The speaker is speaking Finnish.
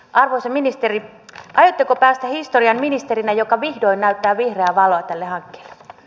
arvoisa ministeri aiotteko päästä historiaan ministerinä joka vihdoin näyttää vihreää valoa tälle hankkeelle